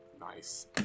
Nice